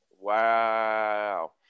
Wow